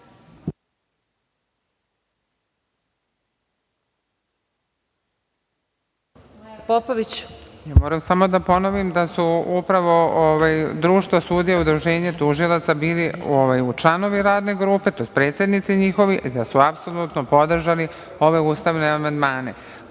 **Maja Popović** Ja moram samo da ponovim da su upravo Društvo sudija i Udruženje tužilaca bili članovi Radne grupe, tj. predsednici njihovi i da su apsolutno podržali ove ustavne amandmane. Postignut